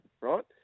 right